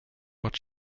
but